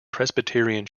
presbyterian